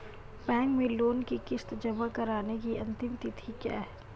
Bank में loan की किश्त जमा कराने की अंतिम तिथि क्या है?